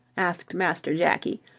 asked master jakie,